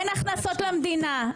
אין הכנסות למדינה,